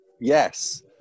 Yes